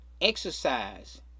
Exercise